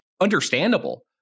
understandable